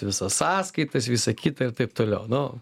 visas sąskaitas visą kitą ir taip toliau nu